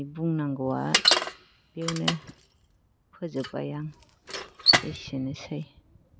आंनि बुंनांगौआ बेयावनो फोजोबबाय आं एसेनोसै